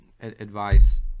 advice